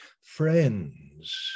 friends